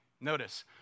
Notice